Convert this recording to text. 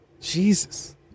Jesus